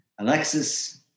alexis